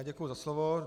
Děkuji za slovo.